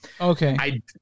Okay